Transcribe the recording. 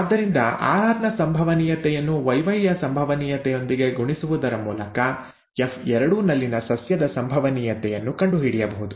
ಆದ್ದರಿಂದ RRನ ಸಂಭವನೀಯತೆಯನ್ನು Yyಯ ಸಂಭವನೀಯತೆಯೊಂದಿಗೆ ಗುಣಿಸುವುದರ ಮೂಲಕ ಎಫ್2 ನಲ್ಲಿನ ಸಸ್ಯದ ಸಂಭವನೀಯತೆಯನ್ನು ಕಂಡುಹಿಡಿಯಬಹುದು